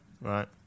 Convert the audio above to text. right